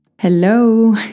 Hello